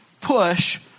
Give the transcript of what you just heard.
push